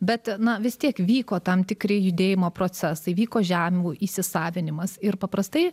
bet na vis tiek vyko tam tikri judėjimo procesai vyko žemių įsisavinimas ir paprastai